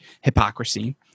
hypocrisy